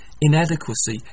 inadequacy